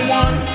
one